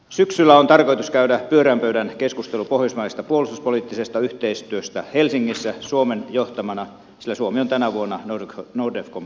syksyllä on tarkoitus käydä pyöreän pöydän keskustelu pohjoismaisesta puolustuspoliittisesta yhteistyöstä helsingissä suomen johtamana sillä suomi on tänä vuonna nordefcon puheenjohtajamaa